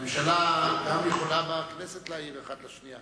הממשלה, יכולים גם בכנסת להעיר אחד לשני.